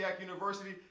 University